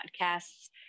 podcasts